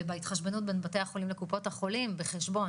ובהתחשבנות בין בתי החולים לקופות החולים בחשבון.